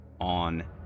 on